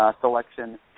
selection